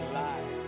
life